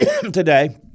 today